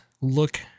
look